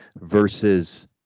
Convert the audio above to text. versus